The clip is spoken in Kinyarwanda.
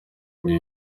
ibi